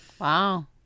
Wow